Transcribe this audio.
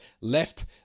left